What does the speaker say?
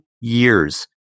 years